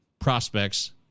Prospects